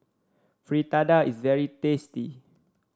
fritada is very tasty